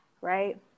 right